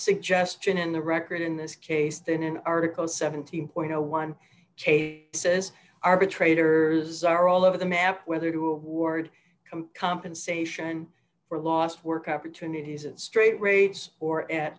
suggestion in the record in this case than in article seventeen point zero one says arbitrators are all over the map whether to ward compunction sation for lost work opportunities in straight raids or at